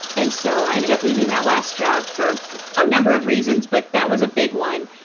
and so i ended up leaving that last job for a number of reasons, but that was a big one.